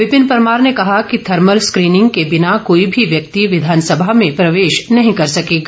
विपिन परमार ने कहा कि थर्मल स्कीनिंग के बिना कोई भी व्यक्ति विधानसभा में प्रवेश नहीं कर सकेगा